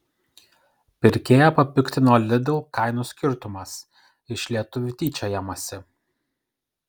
pirkėją papiktino lidl kainų skirtumas iš lietuvių tyčiojamasi